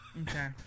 Okay